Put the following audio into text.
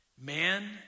Man